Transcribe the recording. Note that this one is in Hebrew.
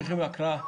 תודה.